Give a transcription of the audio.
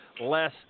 Less